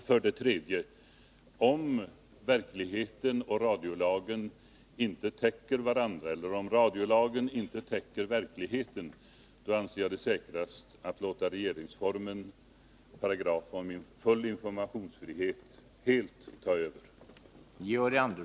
För det tredje: Om verkligheten och radiolagen inte täcker varandra, eller om radiolagen inte täcker verkligheten, anser jag det säkrast att låta regeringsformens paragraf om full informationsfrihet helt ta över.